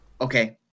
Okay